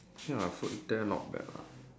okay ah food there not bad lah